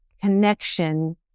connection